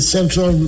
Central